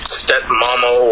stepmama